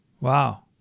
Wow